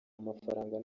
amafaranga